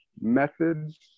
methods